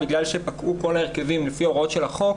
בגלל שפקעו כל ההרכבים לפי הוראות של החוק